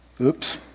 Oops